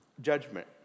judgment